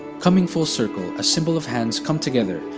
coming full circle, a symbol of hands come together,